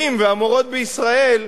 המורים והמורות בישראל,